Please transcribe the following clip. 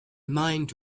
mind